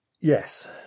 yes